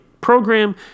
program